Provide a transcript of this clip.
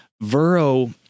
Vero